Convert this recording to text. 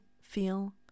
feel